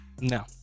No